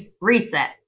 Reset